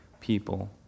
people